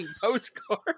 postcard